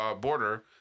border